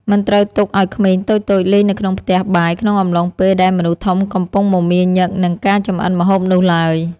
មិនត្រូវទុកឱ្យក្មេងតូចៗលេងនៅក្នុងផ្ទះបាយក្នុងអំឡុងពេលដែលមនុស្សធំកំពុងមមាញឹកនឹងការចម្អិនម្ហូបនោះឡើយ។